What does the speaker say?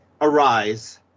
Arise